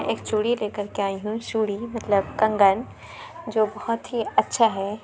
میں ایک چوڑی لے کر کے آئی ہوں چوڑی مطلب کنگن جو بہت ہی اچھا ہے